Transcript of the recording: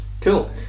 Cool